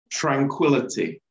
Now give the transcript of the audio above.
tranquility